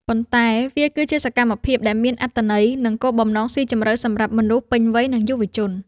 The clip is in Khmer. ប៉ុន្តែវាគឺជាសកម្មភាពដែលមានអត្ថន័យ និងគោលបំណងស៊ីជម្រៅសម្រាប់មនុស្សពេញវ័យ និងយុវជន។